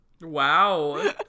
Wow